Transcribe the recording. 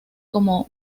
como